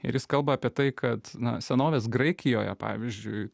ir jis kalba apie tai kad na senovės graikijoje pavyzdžiui